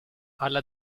alla